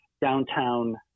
downtown